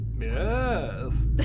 Yes